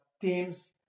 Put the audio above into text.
teams